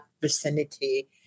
vicinity